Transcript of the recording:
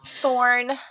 Thorn